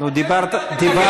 אנחנו גם נותנים.